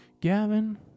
Gavin